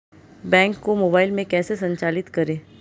Bank को mobile में कैसे संचालित करें?